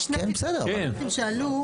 יש שני פתרונות שעלו.